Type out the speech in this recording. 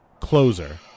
closer